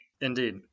Indeed